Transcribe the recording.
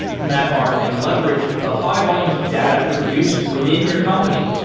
mapr can leverage the high volumes of data produced within your company,